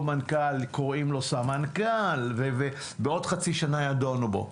מנכ"ל קוראים לו סמנכ"ל ובעוד חצי שנה ידונו בו,